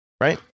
Right